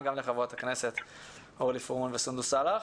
אני אתייחס בכמה אמירות כלליות.